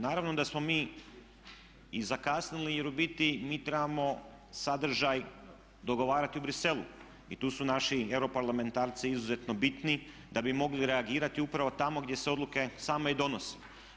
Naravno da smo mi i zakasnili jer u biti mi trebamo sadržaj dogovarati u Bruxellesu i tu su naši europarlamentarci izuzetno bitni da bi mogli reagirati upravo tamo gdje se odluke same i donose.